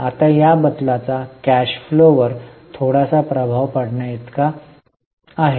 आता या बदलाचा कॅश फ्लो वर थोडासा प्रभाव पडण्याइतका थोडासा आहे